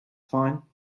fine